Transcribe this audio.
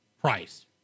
price